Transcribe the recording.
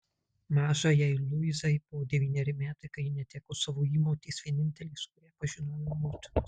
mažajai luizai buvo devyneri metai kai ji neteko savo įmotės vienintelės kurią pažinojo motinos